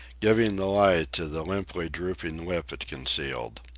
giving the lie to the limply drooping lip it concealed.